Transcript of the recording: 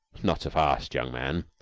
not so fast, young man,